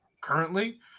currently